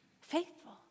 faithful